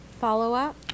Follow-up